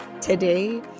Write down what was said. Today